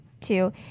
two